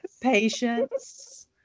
patience